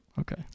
Okay